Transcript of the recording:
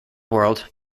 world